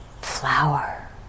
Flower